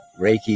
Reiki